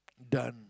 done